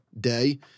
day